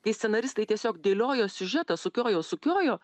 kai scenaristai tiesiog dėliojo siužetą sukiojo sukiojo